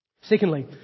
Secondly